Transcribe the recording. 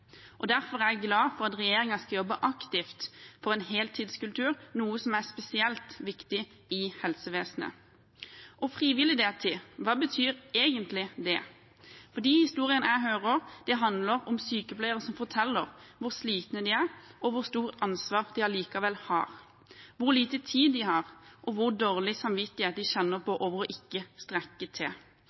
Derfor er jeg glad for at regjeringen skal jobbe aktivt for en heltidskultur, noe som er spesielt viktig i helsevesenet. Og frivillig deltid, hva betyr egentlig det? De historiene jeg hører, handler om sykepleiere som forteller hvor slitne de er, og om hvor stort ansvar de allikevel har, hvor lite tid de har, og hvor dårlig samvittighet de kjenner på for ikke å strekke til.